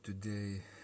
today